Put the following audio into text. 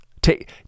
Take